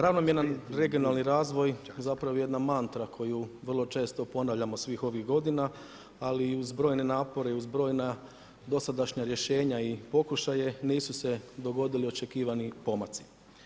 Ravnomjeran regionalni razvoj, zapravo jedna mantra koju vrlo često ponavljamo svih ovih godina ali i uz brojne napore, uz brojna dosadašnja rješenja i pokušaje, nisu se dogodili očekivani pomaci.